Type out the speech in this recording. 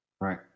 Right